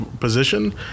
position